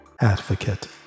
advocate